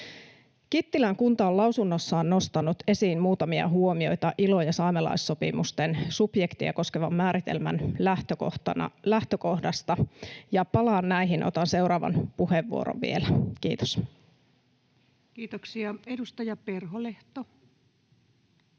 Kittilän kunta on lausunnossaan nostanut esiin muutamia huomioita ILO- ja saamelaissopimusten subjektia koskevan määritelmän lähtökohdasta, ja palaan näihin. Otan seuraavan puheenvuoron vielä. — Kiitos. [Speech